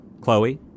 Chloe